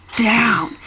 down